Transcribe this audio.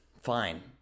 fine